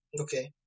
Okay